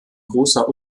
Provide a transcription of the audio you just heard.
großer